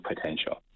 potential